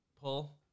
pull